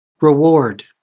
reward